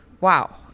Wow